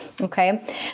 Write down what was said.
Okay